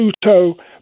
Pluto